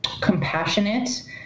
compassionate